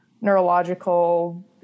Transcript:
neurological